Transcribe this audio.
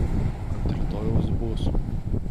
ant rytojaus bus